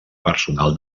personal